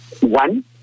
One